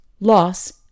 Loss